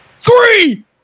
three